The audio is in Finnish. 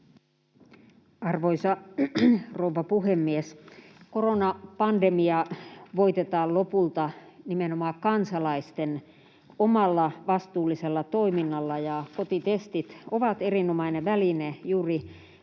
Arvoisa rouva puhemies! Koronapandemia voitetaan lopulta nimenomaan kansalaisten omalla vastuullisella toiminnalla, ja kotitestit ovat erinomainen väline juuri